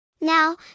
Now